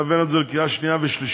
עכשיו הבאנו את זה לקריאה שנייה ושלישית,